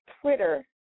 Twitter